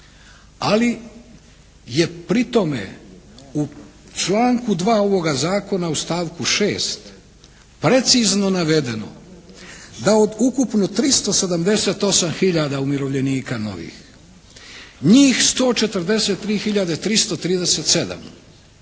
Ali je pri tome u članku 2. ovoga zakona u stavku 6. precizno navedeno da od ukupno 378 hiljada umirovljenika novih. Njih 143